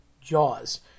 Jaws